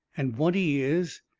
and what he is,